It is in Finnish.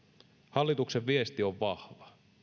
hallituksen viesti on vahva